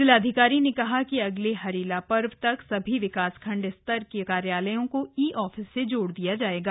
जिलाधिकारी ने कहा कि अगले हरेला पर्व पर सभी विकासखण्ड स्तर के कार्यालयों को ई ऑफिस से जोड़ दिया जायेगा